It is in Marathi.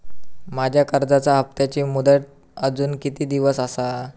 माझ्या कर्जाचा हप्ताची मुदत अजून किती दिवस असा?